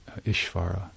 Ishvara